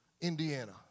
Indiana